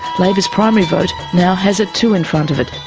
labor's primary vote now has a two in front of it.